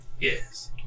Yes